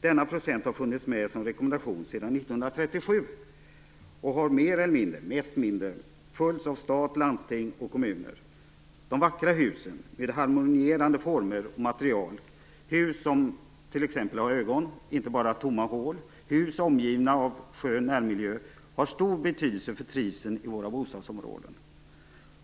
Denna procent har funnits med som en rekommendation sedan 1937 och har mer eller mindre, mest mindre, följts av stat, landsting och kommuner. De vackra husen med harmonierande former och material, hus som t.ex. har ögon, inte bara tomma hål - hus omgivna av en skön närmiljö - har stor betydelse för trivseln i våra bostadsområden.